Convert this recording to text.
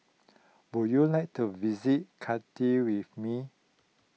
would you like to visit Cardiff with me